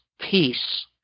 peace